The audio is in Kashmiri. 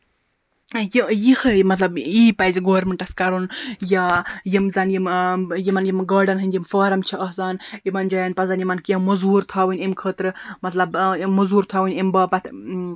یہِ یِہوے مطلب یی پَزِ گورمینٹَس کَرُن یا یِم زَن یِمن یم گاڈَن ہٕنٛدۍ فارَم چھِ آسان یِمن جاین پَزَن یِم موٚزوٗر تھاوٕنۍ مطلب یِم موٚزوٗر تھاوٕنۍ اَمہِ باپَتھ